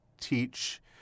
teach